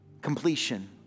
completion